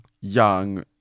young